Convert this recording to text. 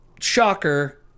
shocker